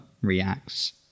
reacts